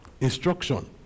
instruction